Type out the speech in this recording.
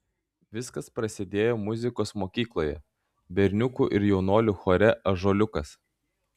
viskas prasidėjo muzikos mokykloje berniukų ir jaunuolių chore ąžuoliukas